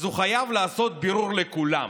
אז הוא חייב לעשות בירור לכולם,